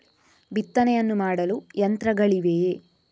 ಬಿತ್ತನೆಯನ್ನು ಮಾಡಲು ಯಂತ್ರಗಳಿವೆಯೇ?